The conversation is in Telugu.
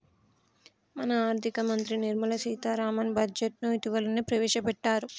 మన ఆర్థిక మంత్రి నిర్మల సీతారామన్ బడ్జెట్ను ఇటీవలనే ప్రవేశపెట్టారు